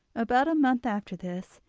about a month after this,